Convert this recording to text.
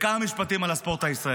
בכמה משפטים על הספורט הישראלי.